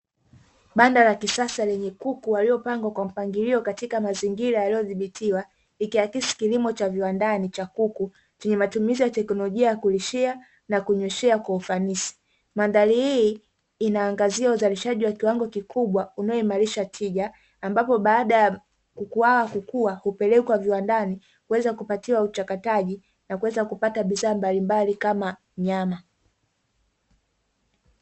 Banda la kisasa lenye kuku waliopangwa kwa mpangilio katika mazingira yaliyodhibitiwa, ikiakisi kilimo cha viwandani cha kuku chenye matumizi ya teknolojia ya kulishia na kunyweshea kwa ufanisi. Mandhari hii inaangazia uzalishaji wa kiwango kikubwa unaoimarisha tija, ambapo baada ya kuku hawa kukua hupelekwa viwandani kuweza kupatiwa uchakataji na kuweza kupata bidhaa mbalimbali kama nyama.